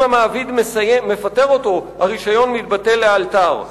אם המעביד מפטר אותו, הרשיון מתבטל לאלתר.